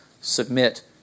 submit